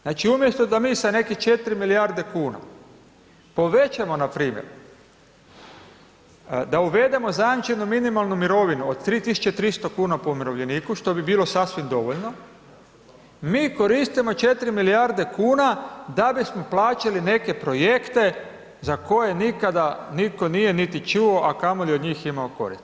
Znači umjesto da mi sa neke 4 milijarde kuna povećamo npr. da uvedemo zajamčenu minimalnu mirovinu od 3.300 kuna po umirovljeniku što bi bilo sasvim dovoljno, mi koristimo 4 milijarde kuna da bismo plaćali neke projekte za koje nikada nitko nije niti čuo, a kamoli od njih imamo koristi.